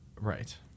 right